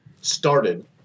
started